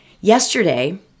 Yesterday